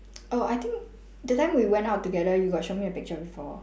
oh I think that time we went out together you got show me the picture before